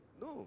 No